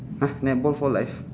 !huh! netball for life